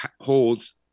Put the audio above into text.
holds